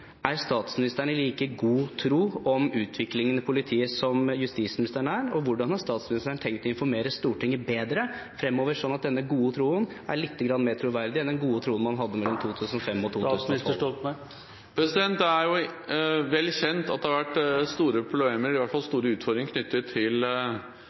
Er statsministeren i like god tro om utviklingen i politiet som justisministeren er, og hvordan har statsministeren tenkt å informere Stortinget bedre fremover, slik at denne gode troen er litt mer troverdig enn den gode troen man hadde mellom 2005 og 2012? Det er vel kjent at det har vært store problemer – i alle fall